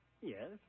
Yes